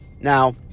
Now